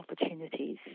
opportunities